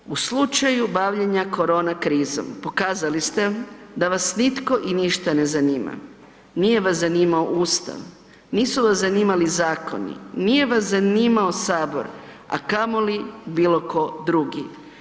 Nažalost, u slučaju bavljenja korona krizom pokazali ste da vas nitko i ništa ne zanima, nije vas zanimao Ustav, nisu vas zanimali zakoni, nije vas zanimao sabor, a kamoli bilo tko drugi.